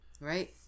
Right